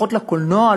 פחות לקולנוע,